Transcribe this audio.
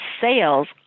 sales